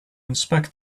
inspect